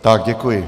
Tak děkuji.